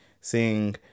seeing